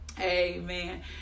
amen